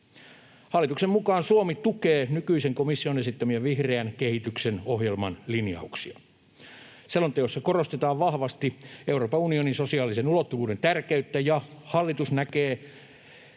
Hallituksen mukaan Suomi tukee nykyisen komission esittämiä vihreän kehityksen ohjelman linjauksia. Selonteossa korostetaan vahvasti Euroopan unionin sosiaalisen ulottuvuuden tärkeyttä, ja hallitus näkee